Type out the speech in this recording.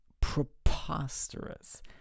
preposterous